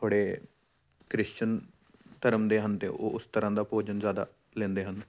ਥੋੜ੍ਹੇ ਕ੍ਰਿਸ਼ਚਨ ਧਰਮ ਦੇ ਹਨ ਅਤੇ ਉਹ ਉਸ ਤਰ੍ਹਾਂ ਦਾ ਭੋਜਨ ਜ਼ਿਆਦਾ ਲੈਂਦੇ ਹਨ